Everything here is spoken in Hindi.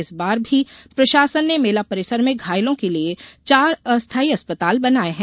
इसबार भी प्रशासन ने मेला परिसर में घायलों के लिये चार अस्थाई अस्पताल बनाये हैं